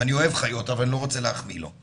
ואני אוהב חיות אבל אני לא רוצה להחמיא לו.